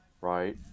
right